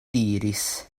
diris